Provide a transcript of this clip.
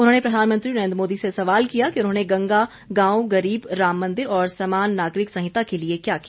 उन्होंने प्रधानमंत्री नरेंद्र मोदी से सवाल किया कि उन्होंने गंगा गांव गरीब राम मंदिर और समान नागरिक संहिता के लिए क्या किया